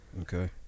Okay